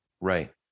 Right